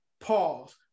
Pause